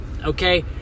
okay